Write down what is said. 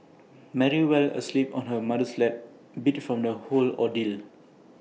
Mary fell asleep on her mother's lap beat from the whole ordeal